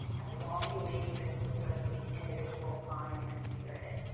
i have long believed this was good for the individual mind and spirit.